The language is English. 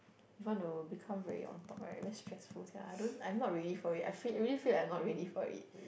if want to become very on top right very stressful sia I don't I'm not ready for it I feel I really feel like I'm not ready for it